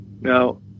Now